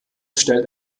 stellt